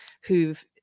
who've